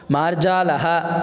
मार्जालः